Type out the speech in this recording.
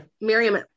Miriam